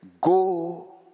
Go